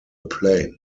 plane